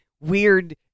Weird